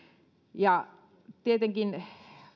ja tietenkin panostetaan